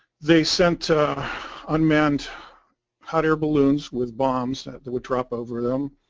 they sent unmanned hot air balloons with bombs that would drop over them.